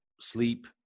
sleep